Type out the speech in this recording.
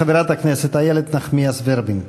אחריו, חברת הכנסת איילת נחמיאס ורבין.